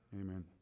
Amen